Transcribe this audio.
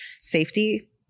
safety